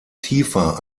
tiefer